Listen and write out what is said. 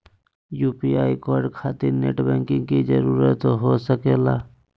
UPI code खातिर net banking की जरूरत हो सके ला?